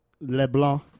LeBlanc